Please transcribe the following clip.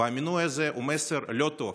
והמינוי הזה הוא מסר לא טוב.